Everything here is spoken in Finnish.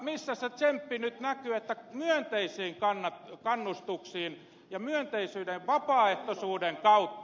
missä se tsemppi nyt näkyy että myönteisiin kannustuksiin ja myönteisyyden vapaaehtoisuuden kautta